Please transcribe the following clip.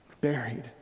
Buried